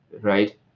right